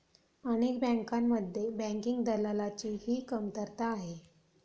अनेक बँकांमध्ये बँकिंग दलालाची ही कमतरता आहे